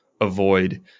avoid